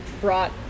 brought